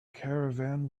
caravan